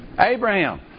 Abraham